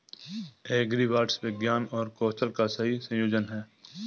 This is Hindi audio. एग्रीबॉट्स विज्ञान और कौशल का सही संयोजन हैं